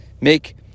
make